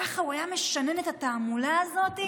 ככה הוא היה משנן את התעמולה הזאת.